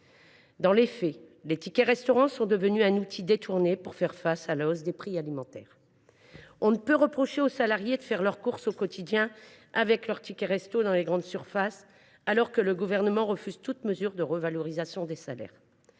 Dans les faits, ces derniers sont devenus un moyen détourné de faire face à la hausse des prix alimentaires. On ne peut reprocher aux salariés de faire leurs courses du quotidien avec ces moyens de paiement dans les grandes surfaces, alors que le Gouvernement refuse toute mesure de revalorisation des salaires.